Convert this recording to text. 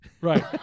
Right